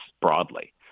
broadly